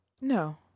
no